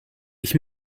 ich